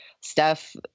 Steph